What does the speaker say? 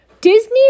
Disney